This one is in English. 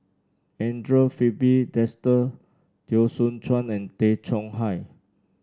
Andre Filipe Desker Teo Soon Chuan and Tay Chong Hai